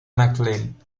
mclain